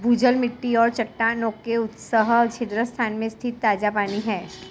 भूजल मिट्टी और चट्टानों के उपसतह छिद्र स्थान में स्थित ताजा पानी है